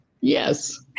Yes